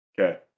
Okay